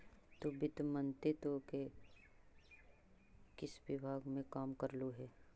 तु वित्त मंत्रित्व के किस विभाग में काम करलु हे?